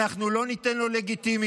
אנחנו לא ניתן לו לגיטימיות,